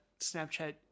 snapchat